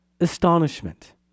astonishment